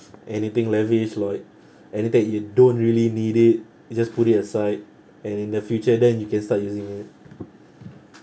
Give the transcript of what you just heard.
anything lavish like anything you don't really need it you just put it aside and in the future then you can start using it